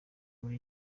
muri